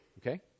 Okay